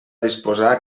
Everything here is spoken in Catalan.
disposar